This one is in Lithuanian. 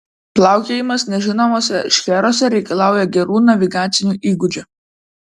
plaukiojimas nežinomuose šcheruose reikalauja gerų navigacinių įgūdžių